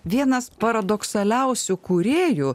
vienas paradoksaliausių kūrėjų